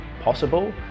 possible